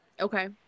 Okay